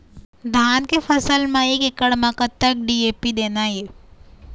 धान के फसल म एक एकड़ म कतक डी.ए.पी देना ये?